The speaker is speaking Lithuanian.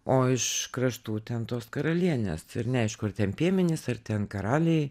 o iš kraštų ten tos karalienės ir neaišku ar ten piemenys ar ten karaliai